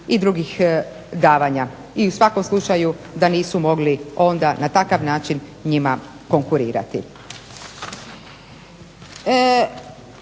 i drugih davanja. I u svakom slučaju da nisu mogli onda na takav način njima konkurirati.